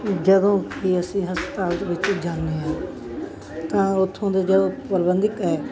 ਜਦੋਂ ਕਿ ਅਸੀਂ ਹਸਪਤਾਲ ਦੇ ਵਿੱਚ ਜਾਂਦੇ ਹਾਂ ਤਾਂ ਉਥੋਂ ਦੇ ਜੋ ਪ੍ਰਬੰਧਕ ਹੈ